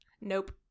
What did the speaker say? nope